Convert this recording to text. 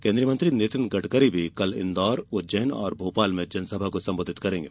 केंद्रीय मंत्री नितिन गडकरी कल इंदौर उज्जैन और भोपाल में जनसभा को संबोधित करेंगे